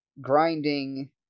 grinding